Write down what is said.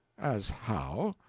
as how?